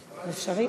נרשמתי.